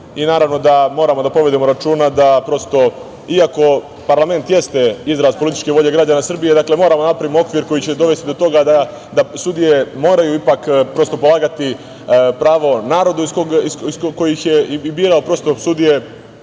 da moramo da povedemo računa da prosto, iako parlament jeste izraz političke volje građana Srbije, dakle moramo da napravimo okvir koji će dovesti do toga da sudije moraju ipak polagati pravo narodu koji ih je i birao. Prosto, sude